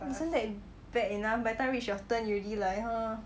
isn't that bad enough by the time reach your turn you already like !huh!